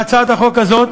בהצעת החוק הזאת